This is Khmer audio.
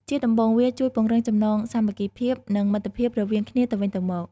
ជាដំបូង វាជួយពង្រឹងចំណងសាមគ្គីភាព និងមិត្តភាពរវាងគ្នាទៅវិញទៅមក។